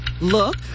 look